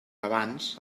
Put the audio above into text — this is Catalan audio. abans